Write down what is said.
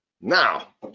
Now